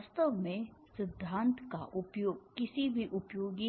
वास्तव में सिद्धांत का उपयोग किसी भी उपयोगी